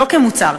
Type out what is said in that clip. לא כמוצר,